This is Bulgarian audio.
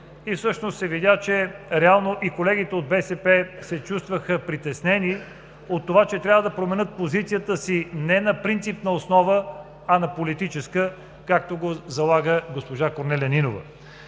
Всъщност реално се видя и колегите от БСП се чувстваха притеснени от това, че трябва да променят позицията си не на принципна основа, а на политическа, както го залага госпожа Корнелия Нинова.